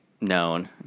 known